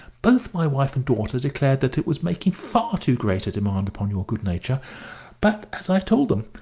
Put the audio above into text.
both my wife and daughter declared that it was making far too great a demand upon your good nature but, as i told them,